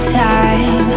time